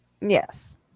Yes